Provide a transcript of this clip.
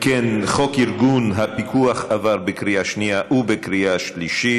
חוק ארגון הפיקוח עבר בקריאה שנייה ובקריאה שלישית.